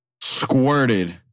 squirted